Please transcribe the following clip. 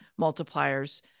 multipliers